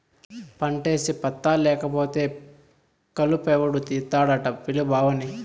పంటేసి పత్తా లేకపోతే కలుపెవడు తీస్తాడట పిలు బావని